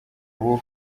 ubu